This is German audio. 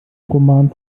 roman